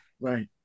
right